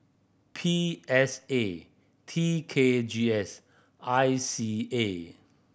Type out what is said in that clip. P S A T K G S I C A